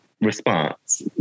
response